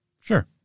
Sure